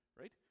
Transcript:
right